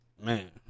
Man